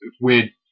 weird